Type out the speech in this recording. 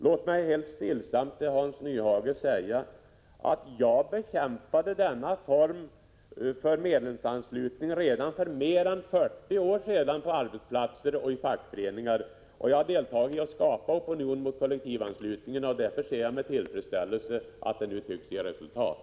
Låt mig helt stillsamt säga till Hans Nyhage att jag bekämpade denna form för medlemsanslutning redan för mer än 40 år sedan på arbetsplatser och i fackföreningar. Jag har deltagit i arbetet att skapa opinion mot kollektivanslutningen. Därför ser jag med tillfredsställelse att detta arbete nu tycks ge resultat.